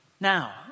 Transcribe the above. Now